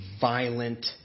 violent